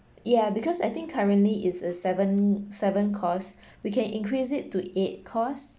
ya because I think currently it's a seven seven course we can increase it to eight course